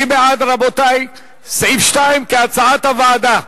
מי בעד, רבותי, סעיף 2 כהצעת הוועדה?